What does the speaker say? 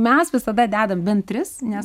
mes visada dedam bent tris nes